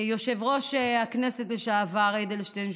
יושב-ראש הכנסת לשעבר אדלשטיין,